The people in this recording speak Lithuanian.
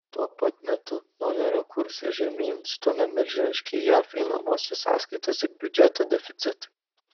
tuo pat metu dolerio kursą žemyn stumia milžiniški jav einamosios sąskaitos ir biudžeto deficitai